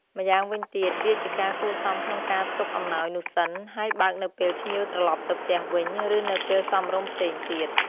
ម្យ៉ាងវិញទៀត វាជាការគួរសមក្នុងការទុកអំណោយនោះសិន ហើយបើកនៅពេលភ្ញៀវត្រឡប់ទៅផ្ទះវិញ ឬនៅពេលសមរម្យផ្សេងទៀត។